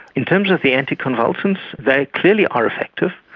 in terms of the anticonvulsants, they clearly are effective.